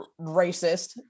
racist